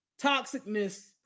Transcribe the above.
toxicness